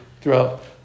throughout